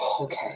Okay